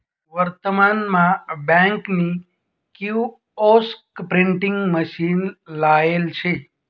वर्तमान मा बँक नी किओस्क प्रिंटिंग मशीन लायेल शे